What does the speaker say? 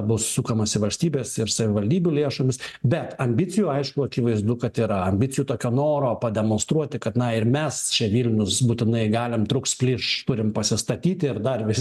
bus sukamasi valstybės ir savivaldybių lėšomis bet ambicijų aišku akivaizdu kad yra ambicijų tokio noro pademonstruoti kad na ir mes čia vilnius būtinai galim trūks plyš turim pasistatyti dar vis